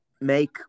make